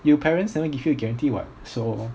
your parents never give you guarantee [what] so